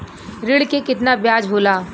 ऋण के कितना ब्याज होला?